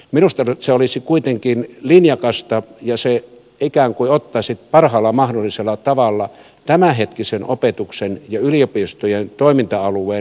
minusta se olisi kuitenkin linjakasta ja se ikään kuin ottaisi parhaalla mahdollisella tavalla tämänhetkisen opetuksen ja yliopistojen toiminta alueen huomioon